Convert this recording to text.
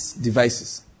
devices